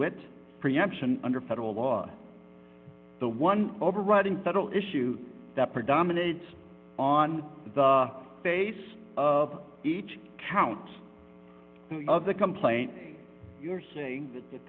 wit preemption under federal law the one overriding federal issue that predominates on the basis of each count of the complaint you're saying that that